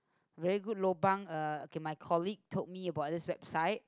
very good lobang uh K my colleague told me about this website